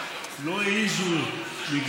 גם ערכים יהודיים וגם אמונה של